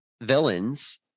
villains